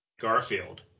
Garfield